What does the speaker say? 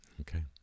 okay